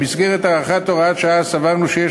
במסגרת הארכת הוראת השעה סברנו שיש